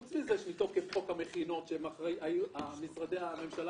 חוץ מזה שמתוקף חוק המכינות משרדי הממשלה